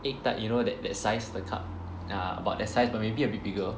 egg tart you know that that size the cup ya about that size but maybe a bit bigger